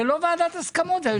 זה לא ועדת הסכמות, זה היושב-ראש.